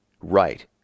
Right